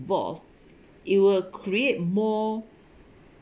involve it will create more